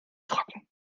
trocken